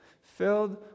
Filled